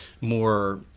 more